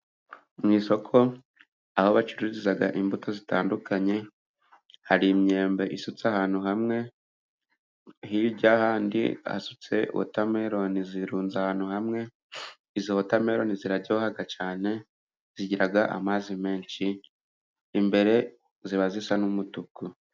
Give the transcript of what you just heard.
Mu isoko aho bacururiza imbuto zitandukanye hari imyembe isutse ahantu hamwe hirya y'ahandi hasutse watameloni zirunze ahantu hamwe izo wotameloni ziraryoha cyane zigiraga amazi menshi imbere ziba zisa n'umutuku.